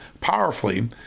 powerfully